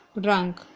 drunk